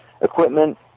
equipment